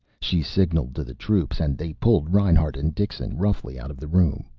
she signalled to the troops and they pulled reinhart and dixon roughly out of the room,